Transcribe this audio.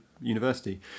university